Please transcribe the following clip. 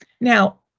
Now